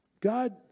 God